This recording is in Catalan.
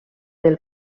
del